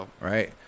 Right